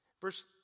verse